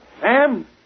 Sam